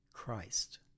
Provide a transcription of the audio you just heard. Christ